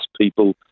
people